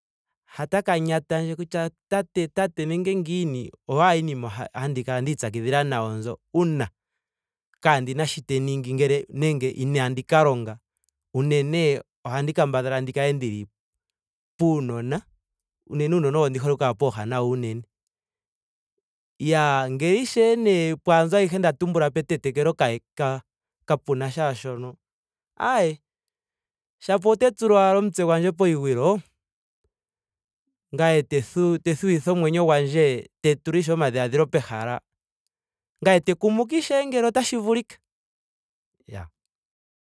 Ha taka nyatandje kutya tat tate nenge ngiini. oyo ashike iinima handi kala ndii pyakidhila nayo mbyo. uuna ndaahena shoka tandi ningi nenge inaandi ka longa. unene ohandi kambadhala ndi kale ndili puunona. unene uunona owo ndi hole oku kala ndili pooha nawo unene. Iyaa ngele ishewe nee pwaambyo ayihe nda tumbula petetekelo ka- ka- ka puna sha shono. ayee shapo ote tula ashike omutse gwandje poshigwilo ngame te thu- te thuwitha omwenyo gwandje. te tula ishewe omadhiladhilo pehala. ngame te kumuka ishewe ngele otashi vulika. Iyaa